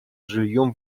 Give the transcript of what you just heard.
жильем